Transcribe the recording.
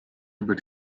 über